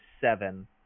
seven